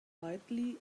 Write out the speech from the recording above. quietly